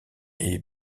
est